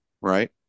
right